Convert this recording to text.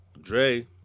Dre